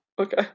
Okay